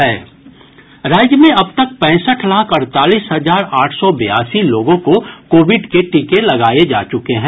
राज्य में अब तक पैंसठ लाख अड़तालीस हजार आठ सौ बयासी लोगों को कोविड के टीके लगाये जा चुके हैं